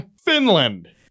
Finland